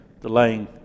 delaying